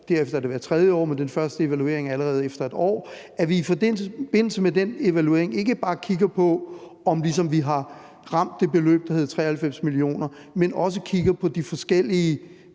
derefter er det hvert 3. år, men den første evaluering er allerede efter 1 år – ikke bare kigger på, om vi ligesom har ramt det beløb, der hedder 93 mio. kr., men også kigger på de forskellige